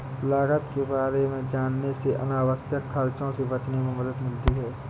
लागत के बारे में जानने से अनावश्यक खर्चों से बचने में मदद मिलती है